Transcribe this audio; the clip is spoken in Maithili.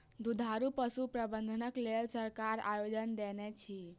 दुधारू पशु प्रबंधनक लेल सरकार आदेश देनै अछि